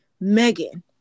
Megan